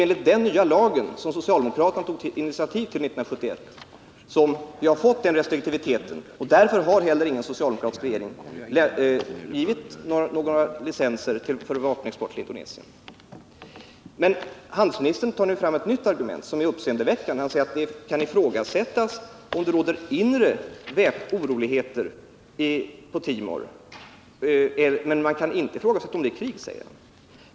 Enligt den nya lagen, som alltså socialdemokraterna 1971 tog initiativ till, har vi infört en ny restriktivitet. Därför har heller ingen socialdemokratisk regering givit några licenser för vapenexport till Indonesien. Handelsministern tog nu fram ett nytt argument som är uppseendeväckande. Han sade att det kan ifrågasättas om det råder inre oroligheter på Timor, men man kan inte säga att det råder krig.